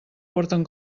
porten